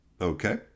Okay